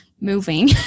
moving